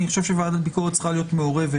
אני חושב שוועדת ביקורת צריכה להיות מעורבת.